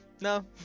No